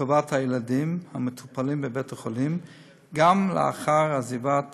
לטובת הילדים המטופלים בבית-החולים גם לאחר עזיבת